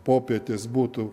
popietės būtų